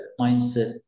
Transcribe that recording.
mindset